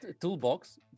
toolbox